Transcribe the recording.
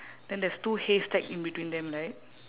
then there's two haystack in between them right